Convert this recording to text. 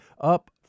up